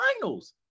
finals